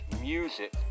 music